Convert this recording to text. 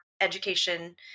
education